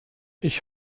ich